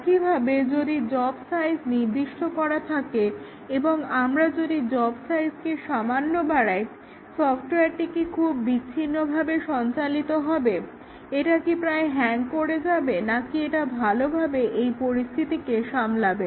একইভাবে যদি job size নির্দিষ্ট করা থাকে এবং আমরা যদি এই জব সাইজকে সামান্য বাড়াই সফটওয়্যারটি কি খুব বিচ্ছিন্নভাবে সঞ্চালিত হবে এটা কি প্রায় হ্যাং করে যাবে নাকি এটা ভালোভাবে এই পরিস্থিতিকে সামলাবে